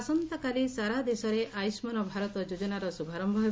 ଆସନ୍ତାକାଲି ସାରା ଦେଶରେ ଆୟୁଷ୍ମାନ ଭାରତ ଯୋଜନାର ଶୁଭାରମ୍ଭ ହେବ